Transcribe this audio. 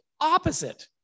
opposite